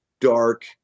dark